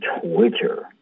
Twitter